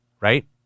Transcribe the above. Right